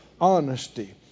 Honesty